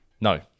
No